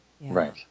right